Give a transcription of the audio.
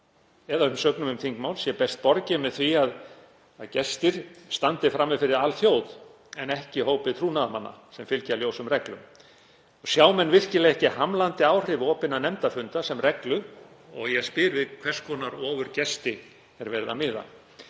eða umsögnum um þingmál sé best borgið með því að gestir standi frammi fyrir alþjóð en ekki hópi trúnaðarmanna sem fylgja ljósum reglum. Sjá menn virkilega ekki hamlandi áhrif opinna nefndarfunda sem reglu? Og ég spyr: Við hvers konar ofurgesti er verið að miða?